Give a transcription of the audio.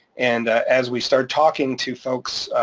and as we start talking to folks,